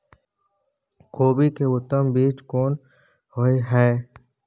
कोबी के उत्तम बीज कोन होय है?